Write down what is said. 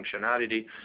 functionality